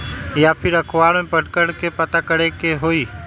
या फिर अखबार में पढ़कर के पता करे के होई?